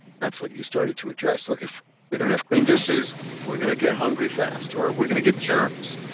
that's what you started to address. like if we don't have clean dishes we're going to get hungry fast or we're going to get germs.